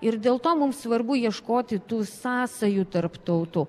ir dėl to mums svarbu ieškoti tų sąsajų tarp tautų